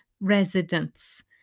residents